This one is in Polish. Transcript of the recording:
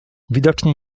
widocznie